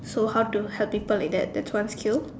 so how to help people in that that's one skill